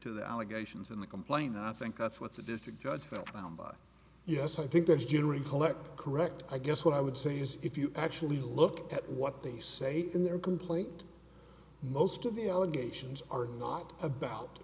to the allegations in the complaint i think that's what the district judge fell down by yes i think that's generally collect correct i guess what i would say is if you actually look at what they say in their complaint most of the allegations are a lot about